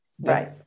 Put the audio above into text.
Right